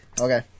Okay